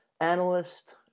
analyst